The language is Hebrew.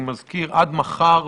אני מזכיר, עד מחר